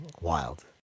wild